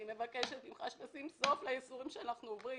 אני מבקשת ממך שתשים סוף לייסורים שאנחנו עוברים,